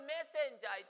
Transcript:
Messenger